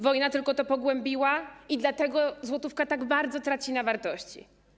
Wojna tylko to pogłębiła i dlatego złotówka tak bardzo traci na wartości.